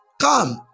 Come